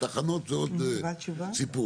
תחנות עוד סיפור.